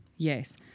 Yes